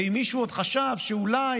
ואם מישהו עוד חשב שאולי